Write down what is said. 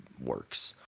works